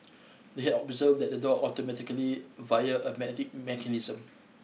they observed that the door automatically via a mechanism